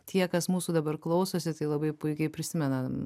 tie kas mūsų dabar klausosi tai labai puikiai prisimena